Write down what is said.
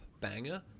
banger